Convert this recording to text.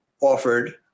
offered –